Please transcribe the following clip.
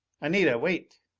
anita, wait!